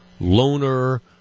loner